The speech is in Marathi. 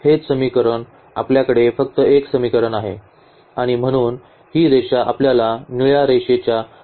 हेच समीकरण आपल्याकडे फक्त एक समीकरण आहे आणि म्हणून ही रेषा आपल्याला निळ्या रेषाच्या वर बसलेली आहे